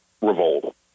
revolt